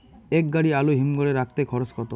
এক গাড়ি আলু হিমঘরে রাখতে খরচ কত?